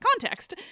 context